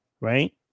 right